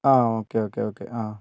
ആ okay okay okay ആ